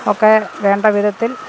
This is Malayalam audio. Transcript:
ഒക്കെ വേണ്ട വിധത്തിൽ